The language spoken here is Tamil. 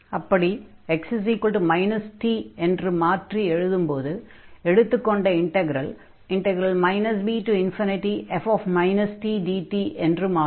அப்படி x t என்று மாற்றி எழுதும்போது எடுத்துக் கொண்ட இன்டக்ரல் bf tdt என்று மாறும்